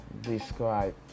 Describe